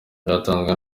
byatanzwe